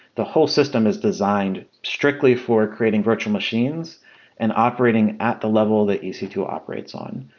the whole system is designed strictly for creating virtual machines and operating at the level that e c two operates on.